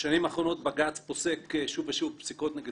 בשנים האחרונות בג"ץ פוסק שוב ושוב פסיקות נגד